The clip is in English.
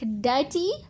dirty